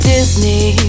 Disney